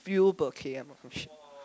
fuel per K_M oh shit